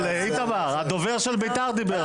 אל